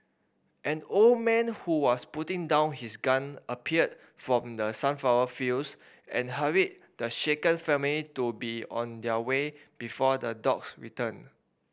an old man who was putting down his gun appeared from the sunflower fields and hurried the shaken family to be on their way before the dogs return